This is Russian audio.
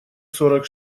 сорок